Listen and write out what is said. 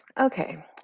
Okay